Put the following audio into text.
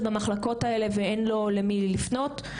במחלקות האלה ואין לו למי לפנות.